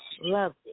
love